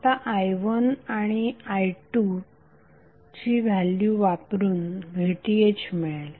आता i1आणि i2ची व्हॅल्यू वापरून VTh मिळेल